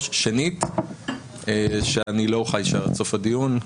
שנית שאני לא אוכל להישאר עד סוף הדיון.